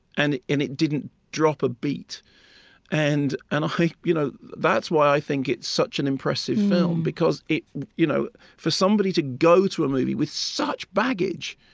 and and it didn't drop a beat and and i you know that's why i think it's such an impressive film, because you know for somebody to go to a movie with such baggage,